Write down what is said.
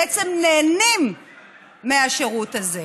בעצם נהנים מהשירות הזה.